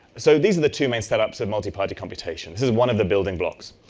so these are the two and setups of multiparty computation. this is one of the building blocks.